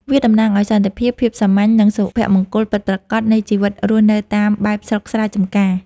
វាតំណាងឱ្យសន្តិភាព ភាពសាមញ្ញ និងសុភមង្គលពិតប្រាកដនៃជីវិតរស់នៅតាមបែបស្រុកស្រែចម្ការ។